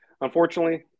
Unfortunately